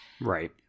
right